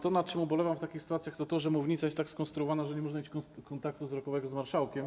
To, nad czym ubolewam w takich sytuacjach, to to, że mównica jest tak skonstruowana, że nie można mieć kontaktu wzrokowego z marszałkiem.